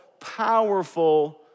powerful